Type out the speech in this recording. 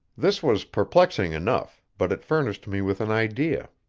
this was perplexing enough, but it furnished me with an idea.